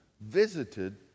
visited